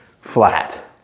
flat